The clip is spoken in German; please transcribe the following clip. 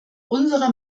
unserer